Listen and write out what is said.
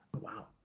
Wow